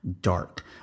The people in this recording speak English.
dark